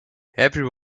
every